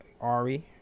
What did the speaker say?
Ari